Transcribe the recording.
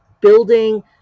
building